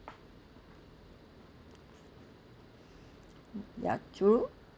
ya true